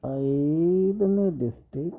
ಐದನೇ ಡಿಸ್ಟಿಕ್